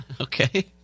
Okay